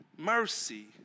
Mercy